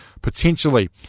potentially